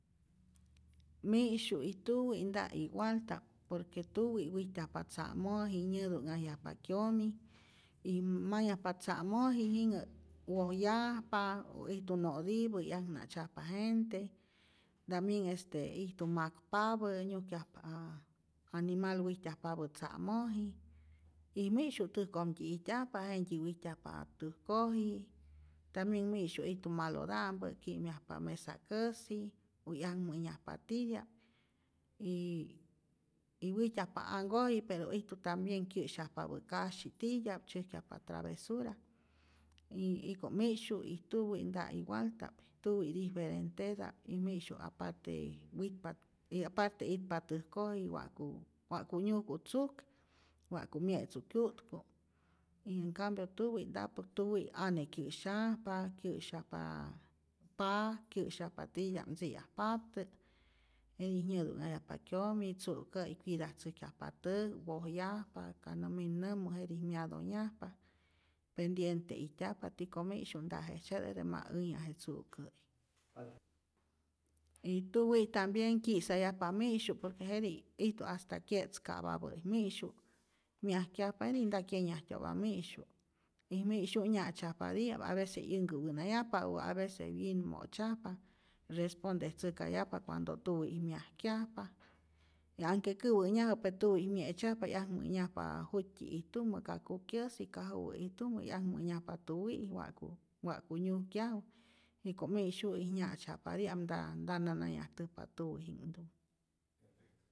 Mi'syu' y tuwi' nta igualta'p por que tuwi wijtyajpa tzamoj y nyätu'nhajyajpa kyomi y mayajpa tza'moj y jinhä wojyajpa u ijtu no'tipä 'yakna'tzyajpa gente, tambien ijtu makpapä nyujkyajpa a animal wijtyajpapä tzamoji' y mi'syu' täjkojmtyi ijtyajpa jentyi wijtyajpa täjkoji tambien mi'syu ijtu malota'mpä ki'myajpa mesakäsi u 'yak mänyajpa titya'p, y wijtyajpa anhkoji pero ijtu tambien kyä'syajpapä kasyi titya'p, tzyäjkyajpa travesura, y jiko' mi'syu y tuwi nta igualta'p, tuwi diferenteta'p y mi'syu aparte witpa y aparte itpa täjkoji wa'ku wa'ku nyujku tzuk, wa'ku mye'tzu kyu'tku', y en cambio tuwi' nta' por que tuwi' ane kyä'syajpa, kyä'syajpa pak, kyä'syajpa titya'p ntzi'yajpaptät, jetij nyätu'nhajyajpa kyomi, tzu'käyi cuidatzäjkyajpa täk, wojyajpa, ka nä min'nämu ketij myatonhyajpa, pendiente ijtyajpa, tiko mi'syu nta jejtzye, jete ma änhyaje tzu'kä', y tuwi' tambien kyi'sayajpa mi'syu', por que jetij ijtu hasta kye'tzka'papä'i mi'syu', myajkyajpa, jetij nta kyenyajtyo'pa mi'syu', y mi'syu' nya'tzajpati'ap a vece 'yänhkäwä'nayajpa u avece wyin mo'tzyajpa, respondetzäjkayajpa cuando tuwi' myajkyajpa y anhke käwä'nyajä pe tuwi' mye'tzyajpa 'yakmä'nyajpa jut'tyi ijtumä, ka kukyasi ka juwä ijtumä 'yakmä'nyajpa tuwi' wa'ku wa'ku nyujkyaju, jiko mi'syu' nya'tzyajpati'ap nta nta na nayajtäjpa tuwiji'knhtumä.